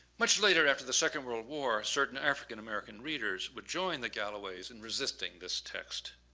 much later after the second world war certain african american readers would join the galloway's in resisting this text,